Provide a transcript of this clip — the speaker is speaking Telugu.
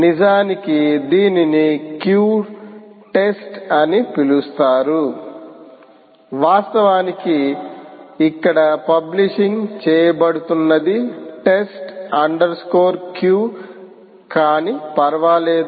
నిజానికి దీనిని క్యూ టెస్ట్ అని పిలుస్తారు వాస్తవానికి ఇక్కడ పబ్లిషింగ్ చేయబడుతున్నది టెస్ట్ అండర్ స్కోర్ క్యూ కానీ ఫర్వాలేదు